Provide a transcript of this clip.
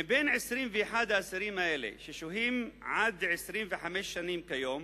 מבין 21 האסירים האלה ששוהים עד 25 שנים כיום,